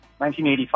1985